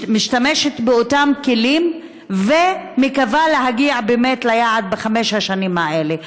משתמשת באותם כלים ומקווה להגיע באמת ליעד בחמש השנים האלה.